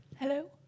Hello